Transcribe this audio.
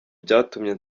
byatumye